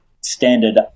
standard